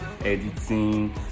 Editing